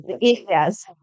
Yes